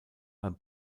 beim